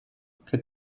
que